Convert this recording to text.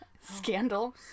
Scandal